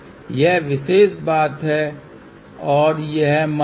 हमें यहां फिर से कदम से कदम मिलाकर चलना होगा हमने प्रतिबिंब लिया और फिर हम इसके साथ चले गए